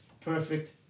perfect